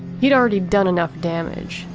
he'd already done enough damage.